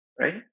right